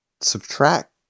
subtract